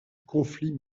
conflit